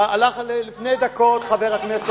הלך לפני דקות חבר הכנסת ברכה,